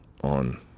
on